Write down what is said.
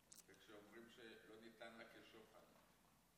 שאומרים שלא ניתן לה כשוחד.